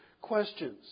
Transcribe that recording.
questions